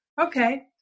Okay